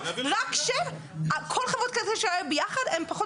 רק שכל חברות כרטיסי האשראי ביחד הם פחות